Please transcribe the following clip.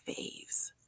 faves